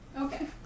Okay